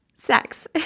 sex